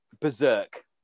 berserk